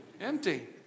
Empty